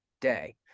day